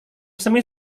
semi